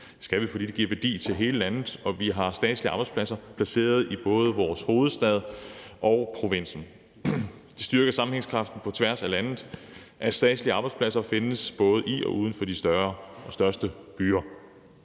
Det skal de, fordi det giver værdi til hele landet, at vi har statslige arbejdspladser placeret både i vores hovedstad og i provinsen. Det styrker sammenhængskraften på tværs af landet, at statslige arbejdspladser findes både i og uden for de største byer.